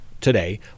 today